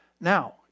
Now